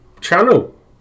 channel